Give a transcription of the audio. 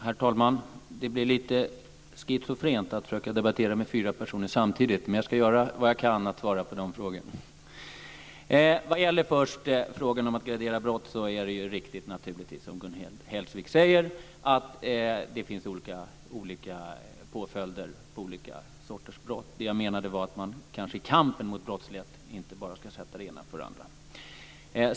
Herr talman! Det blir lite schizofrent att försöka debattera med fyra personer samtidigt, men jag ska göra vad jag kan för att svara på de frågorna. Vad gäller frågan om att gradera brott är det som Gun Hellsvik säger naturligtvis riktigt. Det finns olika påföljder för olika sorters brott. Det jag menade var att man i kampen mot brottslighet kanske inte bara ska sätta det ena före det andra.